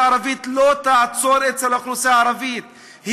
הערבית לא תעצור אצל האוכלוסייה הערבית,